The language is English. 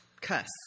cuss